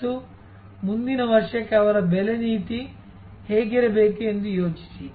ಮತ್ತು ಮುಂದಿನ ವರ್ಷಕ್ಕೆ ಅವರ ಬೆಲೆ ನೀತಿ ಹೇಗಿರಬೇಕು ಎಂದು ಯೋಚಿಸಿ